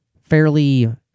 fairly